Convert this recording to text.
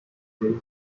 base